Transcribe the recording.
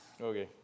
okay